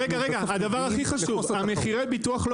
הדבר הכי חשוב, מחירי הביטוח לא